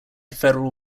federal